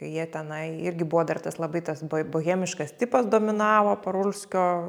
kai jie tenai irgi buvo dar tas labai tas bo bohemiškas tipas dominavo parulskio